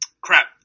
crap